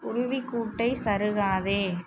குருவி கூட்டை சருகாதே